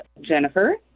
Jennifer